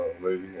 lady